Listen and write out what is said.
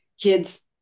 kids